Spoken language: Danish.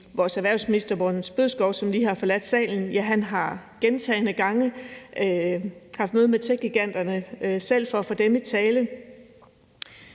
Vores erhvervsminister, som lige har forladt salen, har gentagne gange haft møde med techgiganterne selv for at få dem i tale.